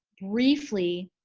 briefly,